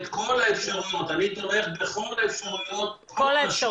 זה אדם שקיבל את השומה שלו כמו מס הכנסה,